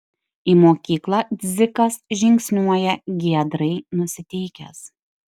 į mokyklą dzikas žingsniuoja giedrai nusiteikęs